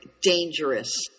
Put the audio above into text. dangerous